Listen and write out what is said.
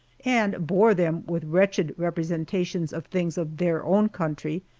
and bore them with wretched representations of things of their own country,